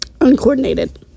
uncoordinated